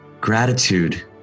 Gratitude